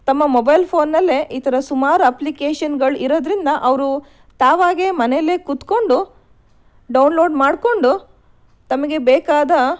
ತಮ್ಮ ಮೊಬೈಲ್ ಫೋನ್ನಲ್ಲೇ ಈ ಥರ ಸುಮಾರು ಅಪ್ಲಿಕೇಶನ್ಗಳು ಇರೋದ್ರಿಂದ ಅವರು ತಾವಾಗಿಯೇ ಮನೆಯಲ್ಲೇ ಕೂತ್ಕೊಂಡು ಡೌನ್ಲೋಡ್ ಮಾಡಿಕೊಂಡು ತಮಗೆ ಬೇಕಾದ